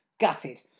gutted